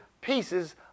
pieces